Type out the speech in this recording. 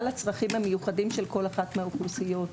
לצרכים המיוחדים של כל אחת מן האוכלוסיות,